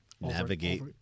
navigate